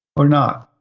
or not?